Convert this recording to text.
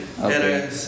Okay